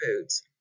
foods